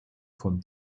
von